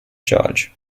charge